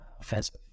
offensive